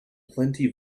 plenty